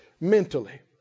mentally